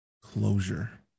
closure